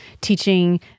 teaching